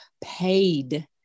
paid